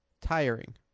tiring